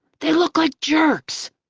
they looked like jerks.